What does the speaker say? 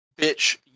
bitch